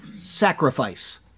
sacrifice